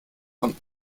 von